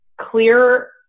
clear